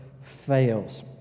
fails